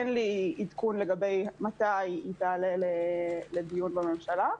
אין לי עדכון מתי היא תעלה לדיון בממשלה,